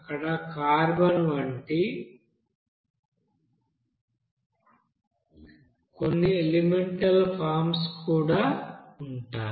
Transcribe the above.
అక్కడ కార్బన్ వంటి కొన్ని ఎలిమెంటల్ ఫార్మ్స్ కూడా ఉంటాయి